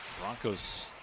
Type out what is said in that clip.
Broncos